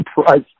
price